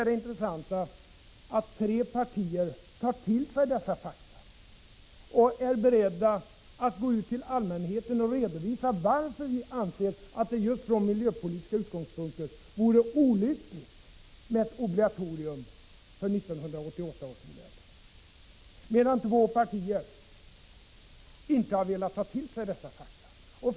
Det intressanta är att tre partier då tar till sig dessa fakta och är beredda att gå ut till allmänheten och redovisa varför vi anser att det just från miljöpolitiska utgångspunkter vore olyckligt med ett obligatorium för 1988 års modeller, medan två partier inte har velat ta till sig dessa fakta.